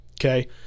Okay